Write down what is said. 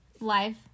live